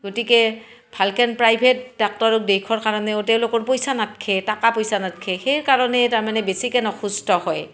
গতিকে ভালকৈ প্ৰাইভেট ডাক্টৰক দেখুওৱাৰ কাৰণেও তেওঁলোকৰ পইচা নাথাকে টকা পইচা নাথাকে সেইকাৰণে তাৰ মানে বেছিকৈ অসুস্থ হয়